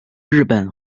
日本